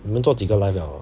你们做几个 live 了